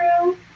true